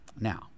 now